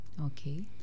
Okay